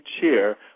chair